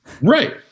Right